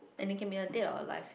and it can be a dead or alive